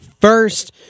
First